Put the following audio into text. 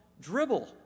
dribble